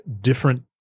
different